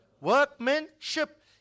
workmanship